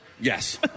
Yes